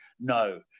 No